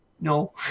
no